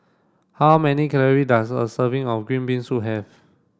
how many calorie does a serving of green bean soup have